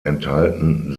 enthalten